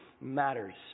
matters